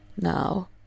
Now